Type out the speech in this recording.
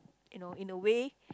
you know in a way